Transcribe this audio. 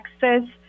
texas